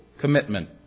commitment